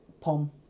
POM